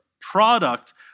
product